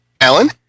Alan